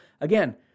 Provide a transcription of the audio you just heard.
Again